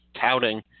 touting